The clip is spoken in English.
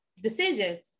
decision